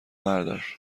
بردار